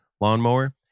lawnmower